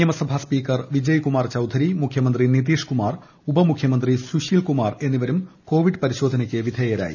നിയമസഭാ സ്പീക്കർ വിജയ്കുമാർ ചൌധരി മുഖ്യമന്ത്രി നിത്രീഷ്കുമാർ ഉപമുഖ്യമന്ത്രി സുശീൽകുമാർ എന്നിവരും കോവിഡ് പരി്ശോധനക്ക് വിധേയരായി